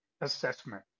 assessment